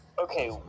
Okay